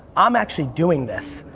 i'm actually doing this.